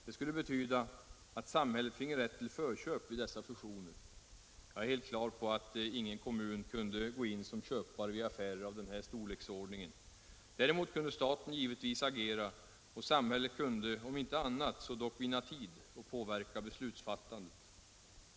Det skulle betyda att samhället finge rätt till förköp vid dessa fusioner. Jag är helt på det klara med att ingen kommun kunde gå in som köpare vid affärer av denna storleksordning. Däremot kunde staten givetvis agera, och samhället kunde om inte annat så dock vinna tid och påverka beslutsfattandet.